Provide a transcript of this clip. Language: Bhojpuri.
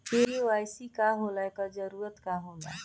के.वाइ.सी का होला एकर जरूरत का होला?